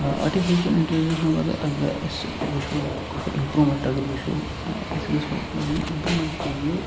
artificial intelligence مَنٛز اگر اگر اَسہِ وٕچھو اِمپرٛوٗمٮ۪نٛٹ اگر وٕچھو أسۍ گَژھو اِمپرٛوٗمٮ۪نٛٹ چھُ یہِ